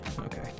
Okay